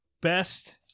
Best